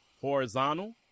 horizontal